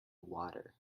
water